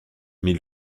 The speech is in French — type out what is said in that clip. mais